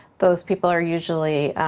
those people are usually,